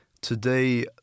today